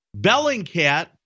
Bellingcat